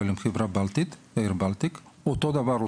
אותו דבר,